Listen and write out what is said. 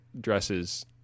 dresses